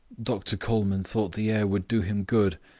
doctor colman thought the air would do him good.